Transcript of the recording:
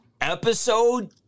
episode